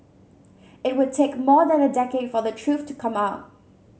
it would take more than a decade for the truth to come out